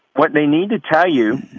what they need to tell you,